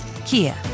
Kia